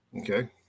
Okay